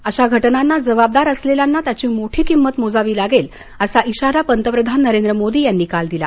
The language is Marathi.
अशा घटनांना जबाबदार असलेल्यांना त्याची मोठी किंमत मोजावी लागेल असा इशारा पंतप्रधान नरेंद्र मोदी यांनी काल दिला